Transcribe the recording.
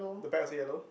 the back also yellow